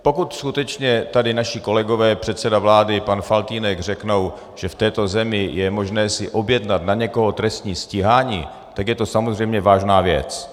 Pokud skutečně tady naši kolegové, předseda vlády i pan Faltýnek, řeknou, že v této zemi je možné si objednat na někoho trestní stíhání, tak je to samozřejmě vážná věc.